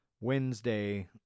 Wednesday